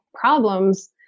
problems